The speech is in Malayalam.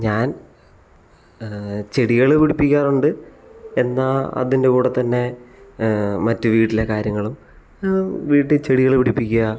ഞാൻ ചെടികൾ പിടിപ്പിക്കാറുണ്ട് എന്നാൽ അതിൻ്റെ കൂടെ തന്നെ മറ്റു വീട്ടിലെ കാര്യങ്ങളും വീട്ടിൽ ചെടികൾ പിടിപ്പിക്കുക